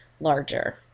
larger